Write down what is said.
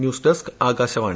news desk Akashvani